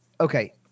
Okay